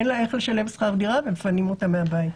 אין לה איך לשלם שכר דירה ומפנים אותה מהבית.